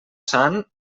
sant